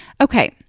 Okay